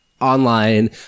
online